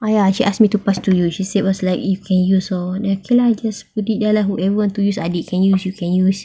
!aiya! she asked me to pass to you she said it was like you can use lor then okay lah just put it there lah whoever want to use adik can use you can use